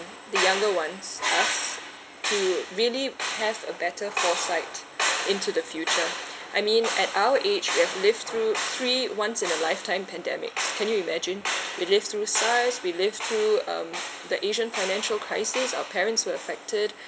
the younger one us to really have a better foresight into the future I mean at our age we have lived through three once in a lifetime pandemics can you imagine we lived through SARS we lived through um the asian financial crisis our parents were affected